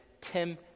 Tim